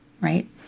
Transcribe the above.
right